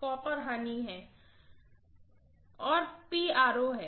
copper loss है और है